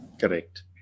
Correct